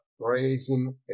raising